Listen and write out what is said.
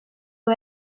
who